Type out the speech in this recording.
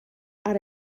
are